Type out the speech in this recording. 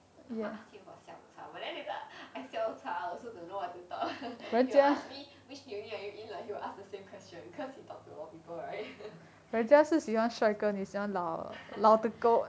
I want ask him for 下午茶 but then later I 下午茶 also don't know what to talk about he will ask me which uni are you in like he will ask the same question because he talk to a lot of people right